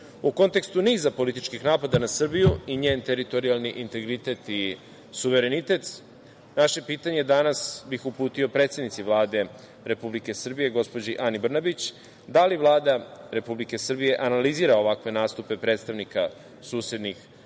kontekstu niza političkih napada na Srbiju i njen teritorijalni integritet i suverenitet naše pitanje danas bih uputio predsednici Vlade Republike Srbije, gospođi Ani Brnabić - da li Vlada Republike Srbije analizira ovakve nastupe predstavnika susednih